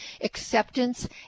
acceptance